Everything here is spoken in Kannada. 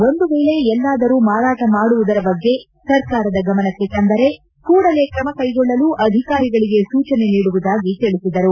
ಒಂದು ವೇಳೆ ಎಲ್ಲಾದರೂ ಮಾರಾಟ ಮಾಡುವುದರ ಬಗ್ಗೆ ಸರ್ಕಾರಕ್ಕೆ ಗಮನಕ್ಕೆ ತಂದರೆ ಕೂಡಲೇ ತ್ರಮ ಕೈಗೊಳ್ಳಲು ಅಧಿಕಾರಿಗಳಿಗೆ ಸೂಚನೆ ನೀಡುವುದಾಗಿ ತಿಳಿಸಿದರು